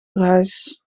verhuis